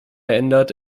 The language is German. ändert